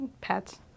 pets